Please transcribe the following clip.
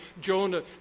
Jonah